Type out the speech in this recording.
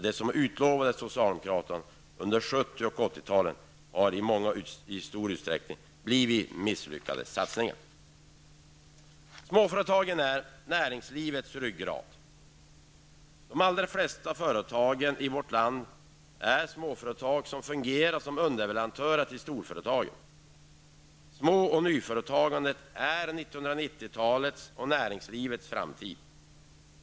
Det som utlovades av socialdemokraterna under 70 och 80-talen har i stort sett blivit misslyckade satsningar. Småföretagen är näringslivets ryggrad. De allra flesta företag i vårt land är småföretag, som ofta fungerar som underleverantörer till storföretagen. Små och nyföretagandet är 90-talets och näringslivets framtid.